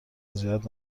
رضایت